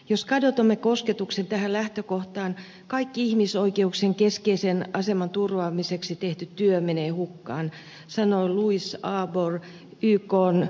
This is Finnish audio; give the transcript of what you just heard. jos kadotamme kosketuksen tähän lähtökohtaan kaikki ihmisoikeuksien keskeisen aseman turvaamiseksi tehty työ menee hukkaan sanoi louise arbour ykn ihmisoikeusvaltuutettu